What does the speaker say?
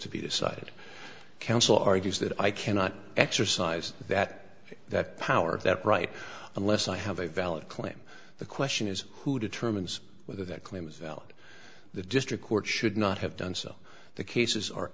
to be decided counsel argues that i cannot exercise that that power that right unless i have a valid claim the question is who determines whether that claim is valid the district court should not have done so the cases are